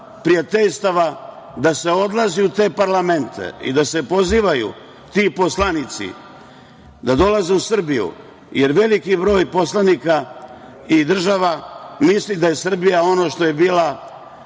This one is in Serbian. prijateljstava, da se odlazi u te parlamente i da se pozivaju ti poslanici da dolaze u Srbiji, jer veliki broj poslanika i država misli da je Srbija ono što je bila